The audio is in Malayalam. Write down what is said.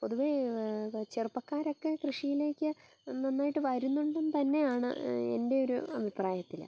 പൊതുവേ ചെറുപ്പക്കാരൊക്കെ കൃഷിയിലേക്ക് നന്നായിട്ട് വരുന്നുണ്ടെന്ന് തന്നെയാണ് എൻ്റെ ഒരു അഭിപ്രായത്തിൽ